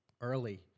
early